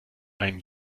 ein